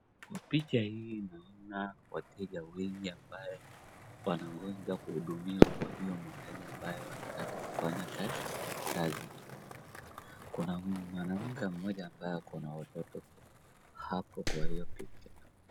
Picha hii naona wateja wengi ambao wanangoja kuhudumiwa kwa njia ambayo wanataka kufanya kazi. Kuna mwanamke mmoja ambaye ako na watoto hapo kwa hiyo picha.